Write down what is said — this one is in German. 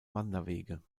wanderwege